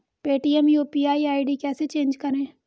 Paytm UPI ID कैसे change करें?